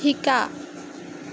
শিকা